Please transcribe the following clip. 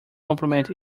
complement